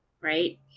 right